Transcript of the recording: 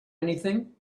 anything